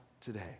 today